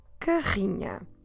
carrinha